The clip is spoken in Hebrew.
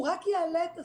הוא רק יעלה את השכר,